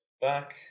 back